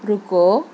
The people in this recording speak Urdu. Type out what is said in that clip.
رکو